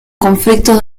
conflictos